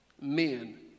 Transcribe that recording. men